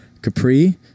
Capri